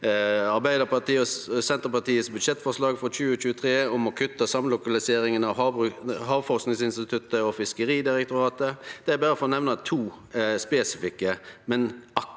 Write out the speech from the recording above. Senterpartiets budsjettforslag for 2023 om å kutte samlokaliseringa av Havforskingsinstituttet og Fiskeridirektoratet – berre for å nemne to spesifikke, men akk så